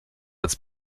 als